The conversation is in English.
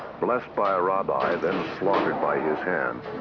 blessed by a rabbi, then slaughtered by his hand,